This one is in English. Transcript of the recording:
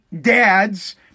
dads